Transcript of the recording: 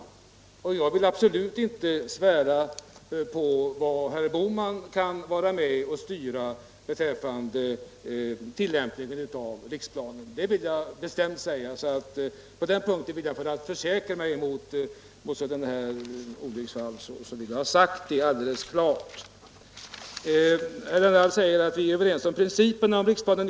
Jag vill därför bestämt säga ifrån att jag absolut inte vill svära på vad herr Bohman kan vara med och styra beträffande tillämpningen av den fysiska riksplaneringen — så på den punkten vill jag försäkra mig igenom att redan nu ha detta utsagt alldeles klart. Herr Danell säger att vi är överens om principerna för riksplanen.